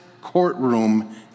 courtroom